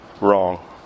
wrong